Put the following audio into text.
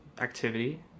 activity